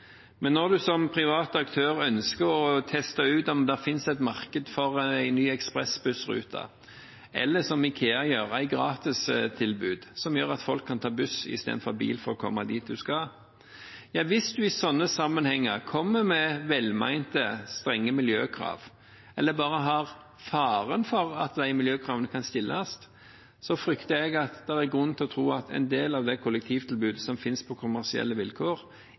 Men hvis man i sånne sammenhenger som når en privat aktør ønsker å teste ut om det finnes et marked for en ny ekspressbussrute, eller et gratistilbud, sånn som Ikea har, som gjør at folk kan ta buss istedenfor bil for å komme dit de skal, kommer med velmente, strenge miljøkrav, eller det bare er en fare for at de miljøkravene kan stilles, frykter jeg at det er grunn til å tro at en del av det kollektivtilbudet som finnes på kommersielle vilkår,